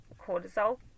Cortisol